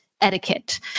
etiquette